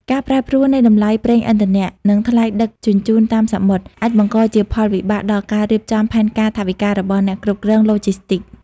ការប្រែប្រួលនៃតម្លៃប្រេងឥន្ធនៈ និងថ្លៃដឹកជញ្ជូនតាមសមុទ្រ អាចបង្កជាផលវិបាកដល់ការរៀបចំផែនការថវិការបស់អ្នកគ្រប់គ្រងឡូជីស្ទីក។